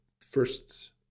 first